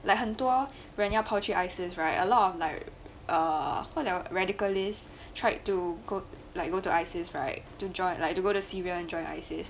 like 很多人要跑去 ISIS right a lot of like err what their radicalist tried to like go to ISIS right to join like to go to Syria and join ISIS